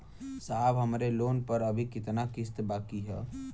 साहब हमरे लोन पर अभी कितना किस्त बाकी ह?